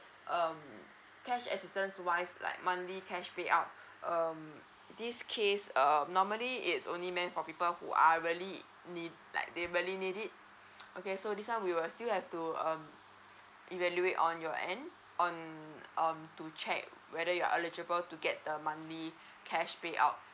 um cash assistance wise like monthly cash pay out um this case um normally it's only meant for people who are really need like they really need it okay so this one we will still have to um evaluate on your end on um to check whether you are eligible to get the monthly cash pay out